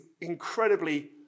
incredibly